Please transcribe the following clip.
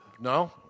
No